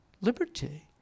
liberty